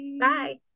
Bye